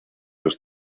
los